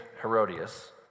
Herodias